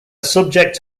subject